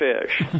fish